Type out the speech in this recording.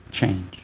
change